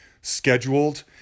scheduled